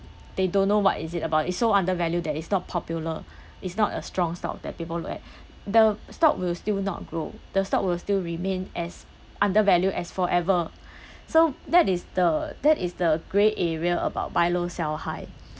they don't know what is it about it's so undervalued that it's not popular it's not a strong stock that people look at the stock will still not grow the stock will still remain as undervalued as forever so that is the that is the grey area about buy low sell high